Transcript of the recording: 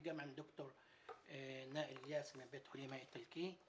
וגם עם דוקטור אליאס מבית החולים האיטלקי.